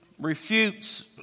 refutes